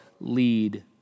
lead